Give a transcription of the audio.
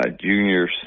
junior